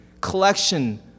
collection